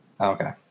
Okay